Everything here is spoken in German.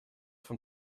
von